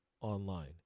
online